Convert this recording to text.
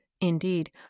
indeed